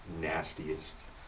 nastiest